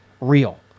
real